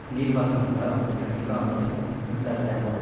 நீர் பாசனத்துக்காக வந்துட்டு கண்டிப்பாக வந்துட்டு மின்சாரம் தேவைப்படும்